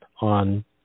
on